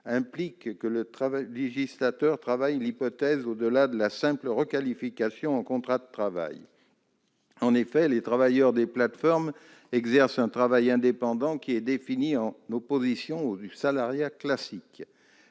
implique que le législateur réfléchisse au-delà de la simple requalification en contrat de travail. Les travailleurs des plateformes exercent un travail indépendant, défini en opposition au salariat classique,